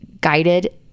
guided